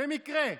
במקרה.